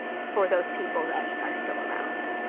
for those people that are still around,